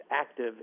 active